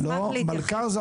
מלכ"ר.